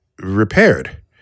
repaired